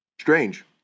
strange